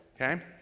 Okay